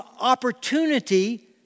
opportunity